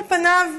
על פניו,